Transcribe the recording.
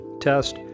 test